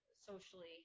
socially